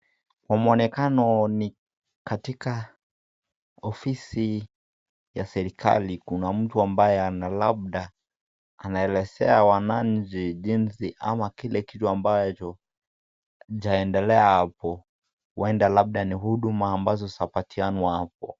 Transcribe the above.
Kwa mwonekano ni katika ofisi ya serikali, kuna mtu ambaye labda anaelezea wananchi jinsi ama kile kitu ambacho chaendelea hapo uenda labda ni huduma ambazo zapatianwa hapo.